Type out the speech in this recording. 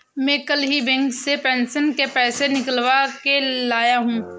मैं कल ही बैंक से पेंशन के पैसे निकलवा के लाया हूँ